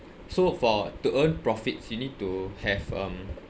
so for to earn profits you need to have um